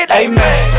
Amen